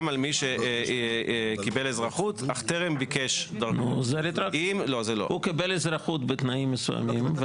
גם על מי שביקש אזרחות אך טרם- -- הוא קיבל אזרחות בתנאים מסוימים.